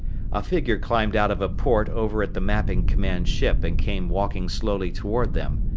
a figure climbed out of a port over at the mapping command ship and came walking slowly toward them.